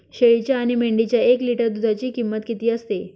शेळीच्या आणि मेंढीच्या एक लिटर दूधाची किंमत किती असते?